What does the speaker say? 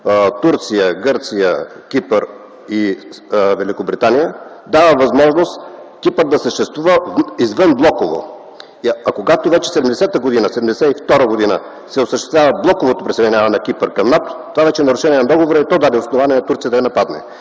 Турция, Гърция, Кипър и Великобритания дава възможност Кипър да съществува извън блоково. А когато вече през 1970-1972 г. се осъществява блоковото присъединяване на Кипър към НАТО, това вече беше нарушение на договора, което даде основание Турция да я нападне.